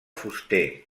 fuster